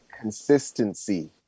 Consistency